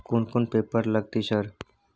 कोन कौन पेपर लगतै सर?